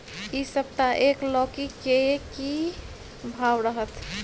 इ सप्ताह एक लौकी के की भाव रहत?